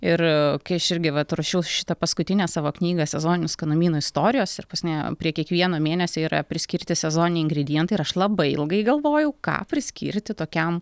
ir kai aš irgi vat ruošiau šitą paskutinę savo knygą sezoninių skanumynų istorijos ir pas mane prie kiekvieno mėnesio yra priskirti sezoniniai ingredientai ir aš labai ilgai galvojau ką priskirti tokiam